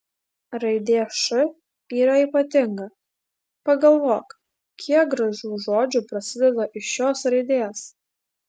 raidė š yra ypatinga pagalvok kiek gražių žodžių prasideda iš šios raidės